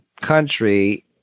country